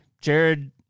Jared